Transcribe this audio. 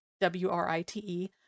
W-R-I-T-E